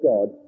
God